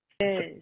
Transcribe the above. yes